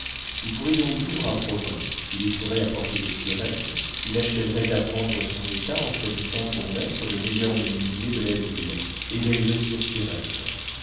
il pouvait donc vivre à provins il y serait à portée de pierrette il achèverait d'apprendre son état en choisissant pour maître le meilleur menuisier de la ville et veillerait sur